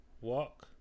walk